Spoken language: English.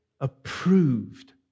approved